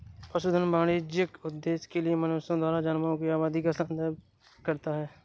पशुधन वाणिज्यिक उद्देश्य के लिए मनुष्यों द्वारा जानवरों की आबादी को संदर्भित करता है